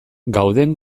gauden